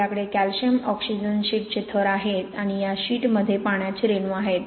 आपल्याकडे calcium oxygen शीटचे थर आहेत आणि या शीटमध्ये पाण्याचे रेणू आहेत